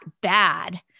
bad